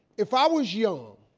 if i was young